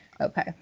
Okay